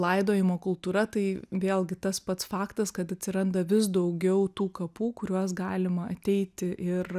laidojimo kultūra tai vėlgi tas pats faktas kad atsiranda vis daugiau tų kapų į kuriuos galima ateiti ir